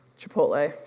chipotle i'm